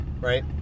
right